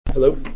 Hello